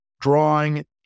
drawing